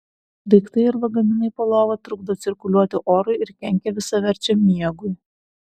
daiktai ir lagaminai po lova trukdo cirkuliuoti orui ir kenkia visaverčiam miegui